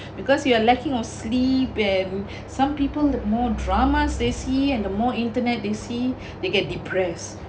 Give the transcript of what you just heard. because you are lacking of sleep and some people the more drama they see and more internet they see they get depressed